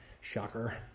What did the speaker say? Shocker